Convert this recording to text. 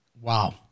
Wow